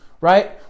right